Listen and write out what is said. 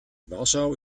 warschau